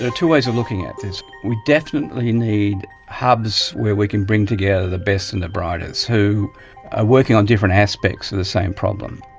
two ways of looking at this. we definitely need hubs where we can bring together the best and the brightest who are working on different aspects of the same problem.